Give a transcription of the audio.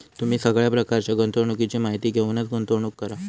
तुम्ही सगळ्या प्रकारच्या गुंतवणुकीची माहिती घेऊनच गुंतवणूक करा